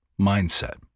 mindset